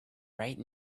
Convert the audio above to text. right